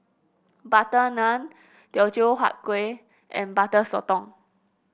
butter naan Teochew Huat Kueh and Butter Sotong